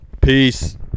Peace